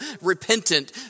repentant